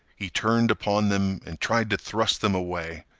he turned upon them and tried to thrust them away.